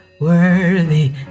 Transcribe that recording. worthy